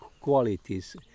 qualities